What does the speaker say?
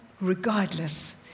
regardless